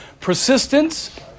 persistence